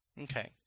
Okay